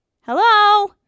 Hello